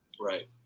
Right